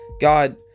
God